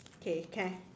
okay can